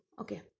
Okay